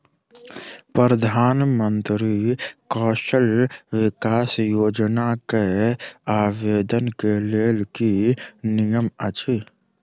प्रधानमंत्री कौशल विकास योजना केँ आवेदन केँ लेल की नियम अछि?